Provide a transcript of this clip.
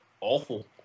awful